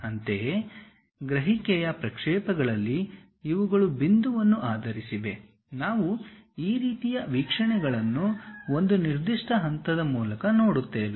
ಅಂತೆಯೇ ಗ್ರಹಿಕೆಯ ಪ್ರಕ್ಷೇಪಗಳಲ್ಲಿ ಇವುಗಳು ಬಿಂದುವನ್ನು ಆಧರಿಸಿವೆ ನಾವು ಈ ರೀತಿಯ ವೀಕ್ಷಣೆಗಳನ್ನು ಒಂದು ನಿರ್ದಿಷ್ಟ ಹಂತದ ಮೂಲಕ ನೋಡುತ್ತೇವೆ